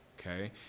okay